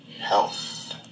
health